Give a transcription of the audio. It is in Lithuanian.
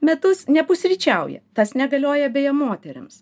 metus nepusryčiauja tas negalioja beje moterims